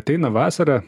ateina vasara